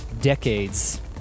decades